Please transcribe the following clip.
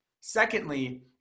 Secondly